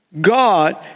God